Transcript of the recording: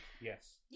yes